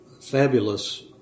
fabulous